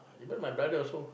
even my brother also